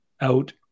out